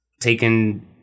taken